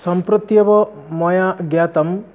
संप्रत्येव मया ज्ञातं